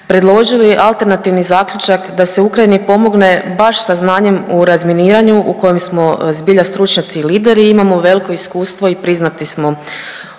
predložili alternativni zaključak da se Ukrajini pomogne baš sa znanjem u razminiranju u kojem smo zbilja stručnjaci i lideri i imamo veliko iskustvo i priznati smo u svijetu.